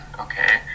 okay